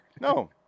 No